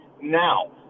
Now